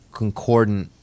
concordant